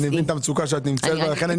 אני במצוקה אמיתית.